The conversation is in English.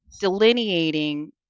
delineating